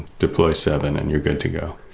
deploy seven and you're good to go.